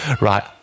Right